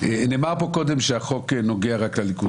נאמר פה קודם שהחוק נוגע רק לליכוד.